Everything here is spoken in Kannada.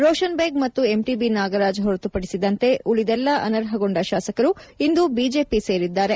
ರೋಷನ್ ಬೇಗ್ ಮತ್ತು ಎಂಟಿಬಿ ನಾಗರಾಜ್ ಹೊರತುಪದಿಸಿದಂತೆ ಉಳಿದೆಲ್ಲಾ ಅನರ್ಹಗೊಂಡ ಶಾಸಕರು ಇಂದು ಬಿಜೆಪಿ ಸೇರಿದ್ದಾರೆ